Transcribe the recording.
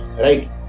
right